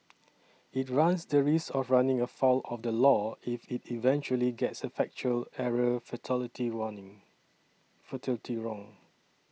it runs the risk of running afoul of the law if it eventually gets a factual error fatality wronging fatally wrong